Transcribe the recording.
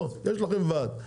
לא, יש לכם ועד.